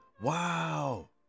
Wow